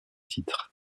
titres